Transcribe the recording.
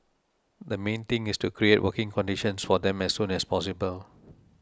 the main thing is to create working conditions for them as soon as possible